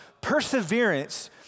Perseverance